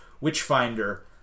Witchfinder